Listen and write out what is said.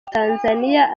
tanzania